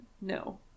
No